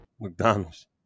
McDonald's